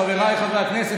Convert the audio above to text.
חבריי חברי הכנסת,